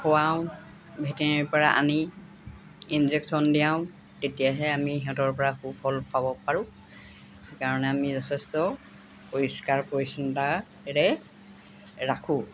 খুৱাওঁ ভেটেনেৰী পৰা আনি ইঞ্জেকশ্যন দিয়াওঁ তেতিয়াহে আমি সিহঁতৰ পৰা সুফল পাব পাৰোঁ সেইকাৰণে আমি যথেষ্ট পৰিষ্কাৰ পৰিচ্ছন্নতাৰে ৰাখোঁ